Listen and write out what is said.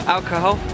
Alcohol